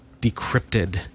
decrypted